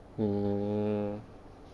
mm